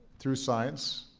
through science,